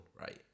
right